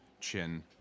chin